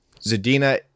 Zadina